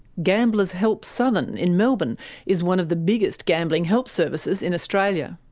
gamblers help southern in melbourne is one of the biggest gambling help services in australia.